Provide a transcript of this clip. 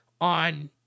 on